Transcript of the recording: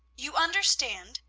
you understand,